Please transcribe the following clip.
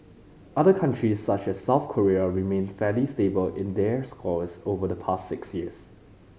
other countries such as South Korea remained fairly stable in their scores over the past six years